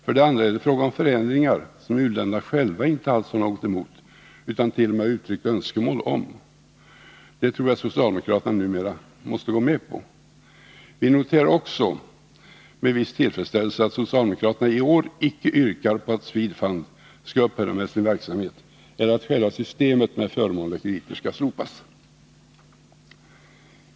För det andra är det fråga om förändringar som u-länderna själva inte alls har något emot utan t.o.m. har uttryckt önskemål om. Det tror jag socialdemokraterna numera måste gå med på. Vi noterar också med viss tillfredsställelse att socialdemokraterna i år inte yrkar på att Swedfund skall upphöra med sin verksamhet eller att själva systemet med förmånliga krediter skall slopas.